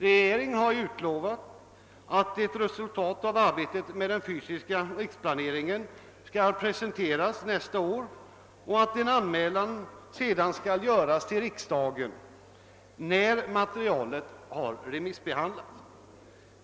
Regeringen har utlovat att ett resultat av arbetet med den fysiska riksplaneringen skall presenteras nästa år och att en anmälan sedan skall göras till riksdagen när materialet har remissbehandlats.